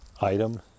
item